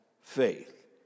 faith